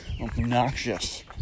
obnoxious